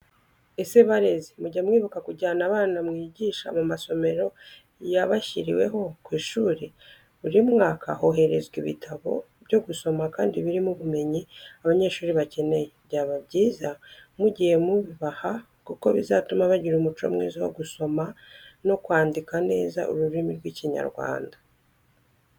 Ese barezi, mujya mwibuka kujyana abana mwigisha mu masomero y'abashyiriweho ku ishuri? Buri mwaka hoherezwa ibitabo byo gusoma kandi birimo ubumenyi abanyeshuri bakeneye. Byaba byiza mugiye mu bibaha kuko bizatuma bagira umuco mwiza wo gusoma no kwanika neza ururimi rw'ikinyarwanda.